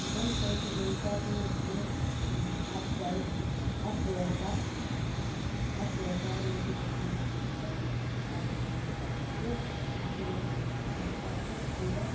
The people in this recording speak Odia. ଡ୍ୟାନ୍ସ ପ୍ରତିଯୋଗିତାରେ ମୁଁ ଫାଷ୍ଟ ପ୍ରାଇଜ ଫାଷ୍ଟ ପୁରସ୍କାର ପାଇଥିଲି ଫାଷ୍ଟ ପୁରସ୍କାରରେ ମୋତେ ଗୋଟିଏ ସିଲକପ୍ ଆଉ ଗୋଟିଏ ସାର୍ଟିଫିକେଟ୍ ଯେଉଁଥିରେ ମୋର ନାମ ଲେଖା ହେଇଥିଲା ସ୍କୁଲର